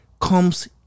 comes